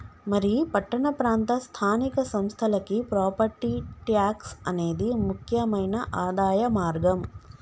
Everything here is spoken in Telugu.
మరి పట్టణ ప్రాంత స్థానిక సంస్థలకి ప్రాపట్టి ట్యాక్స్ అనేది ముక్యమైన ఆదాయ మార్గం